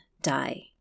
die